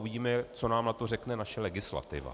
Uvidíme, co nám na to řekne naše legislativa.